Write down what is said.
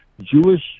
Jewish